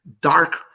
dark